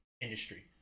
industry